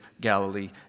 Galilee